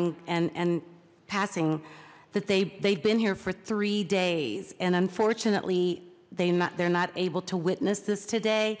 and and and passing that they they've been here for three days and unfortunately they met they're not able to witness this today